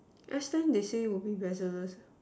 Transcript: last time they say would be better